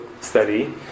study